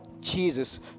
Jesus